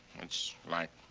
it's like.